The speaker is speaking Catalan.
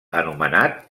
anomenat